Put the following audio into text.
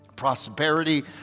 prosperity